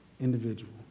individual